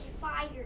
Fire